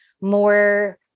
more